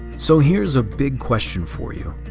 so here's a big question for you.